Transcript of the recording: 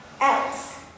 else